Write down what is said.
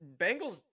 Bengals